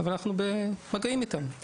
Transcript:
אבל אנחנו במגעים איתן.